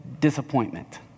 disappointment